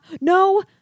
No